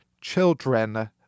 children